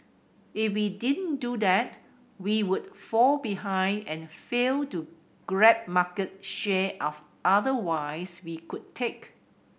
if we didn't do that we would fall behind and fail to grab market share otherwise we could take